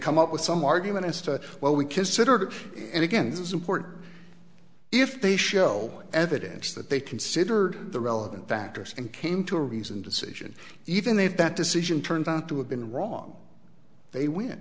come up with some argument as to what we considered and again this is important if they show evidence that they considered the relevant factors and came to a reasoned decision even if that decision turns out to have been wrong they win